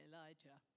Elijah